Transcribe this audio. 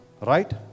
right